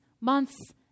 months